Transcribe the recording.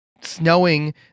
snowing